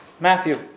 Matthew